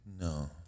No